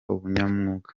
ubunyamwuga